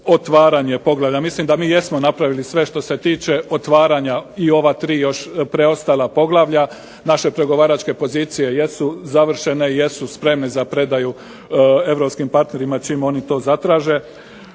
otvaranje poglavlja. Mislim da mi jesmo napravili sve što se tiče otvaranja i ova 3 još preostala poglavlja. Naše pregovaračke pozicije jesu završene, jesu spremne za predaju europskim partnerima čim oni to zatraže.